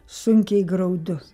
sunkiai graudu